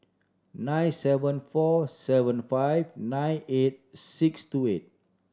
nine seven four seven five nine eight six two eight